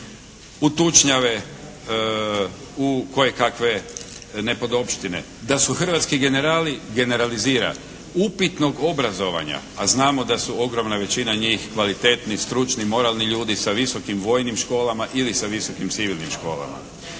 u tučnjave, u kojekakve nepodopštine, da su hrvatski generali generalizirani, upitnog obrazovanja, a znamo da su ogromna većina njih kvalitetni, stručni, moralni ljudi sa visokim vojnim školama ili sa visokim civilnim školama.